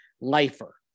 lifer